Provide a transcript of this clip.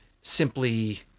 simply